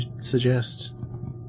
suggest